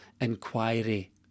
inquiry